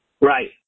Right